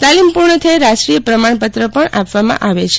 તાલીમ પૂર્ણ થયે રાષ્ટ્રીય પ્રમાણપત્ર આપવામાં આવે છે